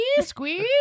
squeeze